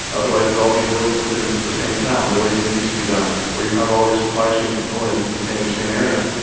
and otherwise it'll all be built within the same town the way things used to be done where you have all your supply chain components in the same same area.